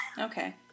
Okay